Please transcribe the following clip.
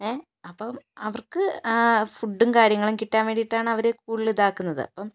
ങേ അപ്പോൾ അവർക്ക് ആ ഫുഡും കാര്യങ്ങളും കിട്ടാൻ വേണ്ടിയിട്ടാണ് അവര് കൂടുതൽ ഇതാക്കുന്നത് അപ്പോൾ